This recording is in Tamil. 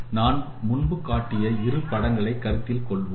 நான் முன்பு காட்டிய இரு படங்களை கருத்தில் கொள்வோம்